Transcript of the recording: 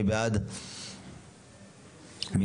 מי בעד קבלת ההסתייגות?